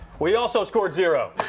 we also scored zero.